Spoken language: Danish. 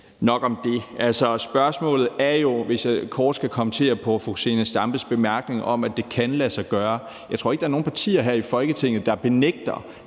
nok om det. Jeg skal kort kommentere på fru Zenia Stampes bemærkning om, at det kan lade sig gøre. Jeg tror ikke, der er nogen partier her i Folketinget, der benægter,